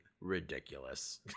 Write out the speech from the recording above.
ridiculous